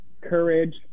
courage